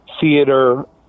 theater